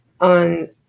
on